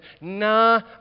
nah